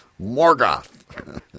Morgoth